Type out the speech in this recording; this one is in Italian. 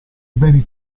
beni